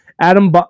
Adam